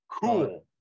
Cool